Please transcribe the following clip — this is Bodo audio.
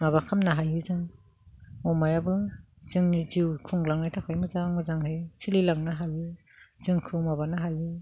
माबा खालामनो हायो जों अमायाबो जोंनि जिउ खुंलांनो थाखाय मोजां मोजाङै सोलिलांनो हायो जोंखौ माबानो हायो